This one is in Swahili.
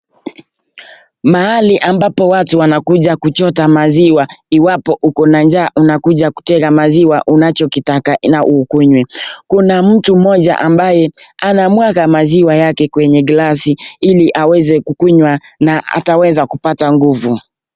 Mahali ambapo watu wanakuja kuchota maziwa iwapo ukona njaa unakuja kutega maziwa unachokitaka na ukunywe. Kuna mtu mmoja ambaye anamwaga maziwa yake kwenye glasi ili aweze kukunywa na ataweza kupata nguvu.